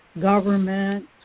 government